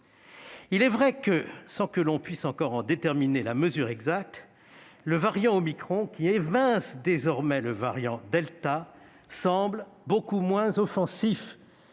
Il est vrai que, sans que l'on puisse encore en déterminer la mesure exacte, le variant omicron, qui évince désormais le variant delta, semble beaucoup moins offensif